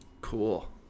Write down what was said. Cool